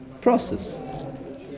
process